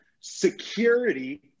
security